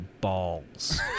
balls